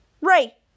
Ray